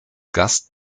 gast